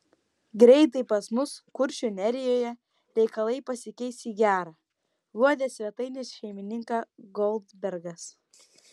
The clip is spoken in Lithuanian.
greitai pas mus kuršių nerijoje reikalai pasikeis į gera guodė svetainės šeimininką goldbergas